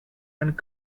and